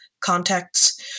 contacts